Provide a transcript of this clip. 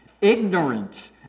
ignorance